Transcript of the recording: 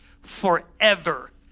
forever